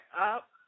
up